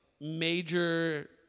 major